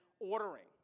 ordering